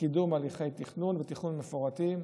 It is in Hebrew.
לקידום הליכי תכנון מפורטים,